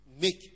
make